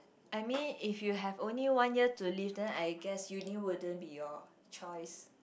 I mean if you have only one year to live then I guess Uni wouldn't be your choice